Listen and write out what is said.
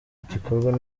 gikorwa